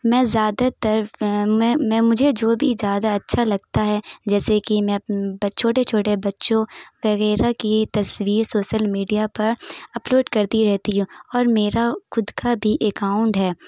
میں زیادہ تر مجھے جو بھی زیادہ اچھا لگتا ہے جیسے کہ میں چھوٹے چھوٹے بچوں وغیرہ کی تصویر سوشل میڈیا پر اپ لوڈ کرتی رہتی ہوں اور میرا خود کا بھی اکاؤنٹ ہے